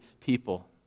people